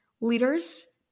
leaders